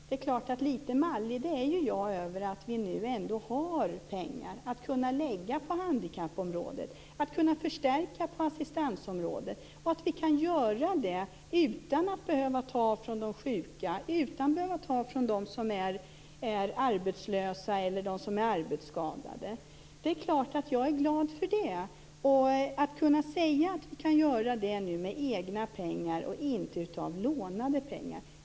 Det är klart att jag ändå är litet mallig över att vi nu har pengar att lägga på handikappområdet, att vi kan förstärka på assistansområdet och att vi kan göra det utan att behöva ta från de sjuka, de arbetslösa eller de arbetsskadade. Det är klart att jag är glad för det. Jag är glad över att kunna säga att vi kan göra det med egna pengar, inte lånade pengar.